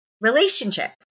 relationship